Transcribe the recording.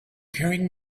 carrying